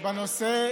בנושא